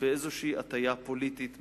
באיזושהי הטיה פוליטית בתשובתי.